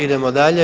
Idemo dalje.